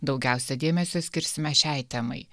daugiausia dėmesio skirsime šiai temai